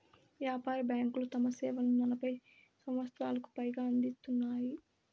వ్యాపార బ్యాంకులు తమ సేవలను నలభై సంవచ్చరాలకు పైగా అందిత్తున్నాయి